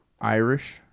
irish